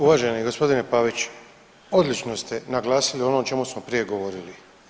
Uvaženi gospodine Paviću, odlično ste naglasili ono o čemu smo prije govorili.